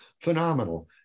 phenomenal